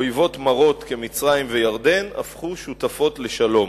אויבות מרות כמצרים וירדן הפכו שותפות לשלום.